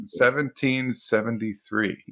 1773